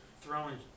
throwing